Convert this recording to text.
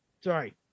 Sorry